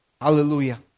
Hallelujah